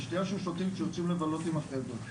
זה שתייה ששותים שיוצאים לבלות עם החברה,